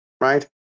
right